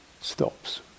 stops